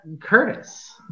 curtis